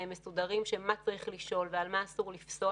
מסודרים של מה שצריך לשאול ועל מה אסור לפסוח.